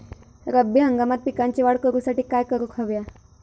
रब्बी हंगामात पिकांची वाढ करूसाठी काय करून हव्या?